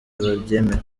babyemera